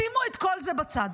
שימו את כל זה בצד.